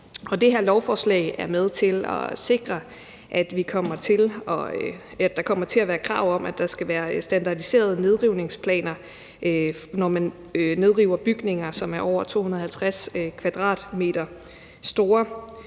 det her lovforslag er med til at sikre, at der kommer til at være krav om, at der skal være standardiserede nedrivningsplaner, når man nedriver bygninger, som er over 250 m² store,